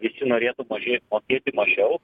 visi norėtų mažai mokėti mažiau